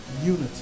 unity